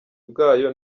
bwayo